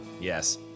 Yes